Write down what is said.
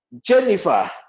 Jennifer